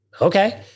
okay